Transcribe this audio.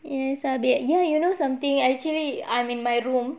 it's a bad year you know something actually I'm in my room